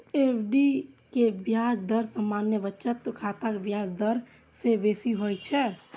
FD के ब्याज दर सामान्य बचत खाताक ब्याज दर सं बेसी होइ छै